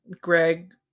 greg